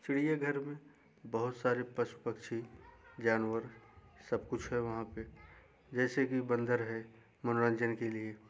चिड़ियाघर में बहुत सारे पशु पक्षी जानवर सब कुछ है वहाँ पे जैसे कि बंदर है मनोरंजन के लिए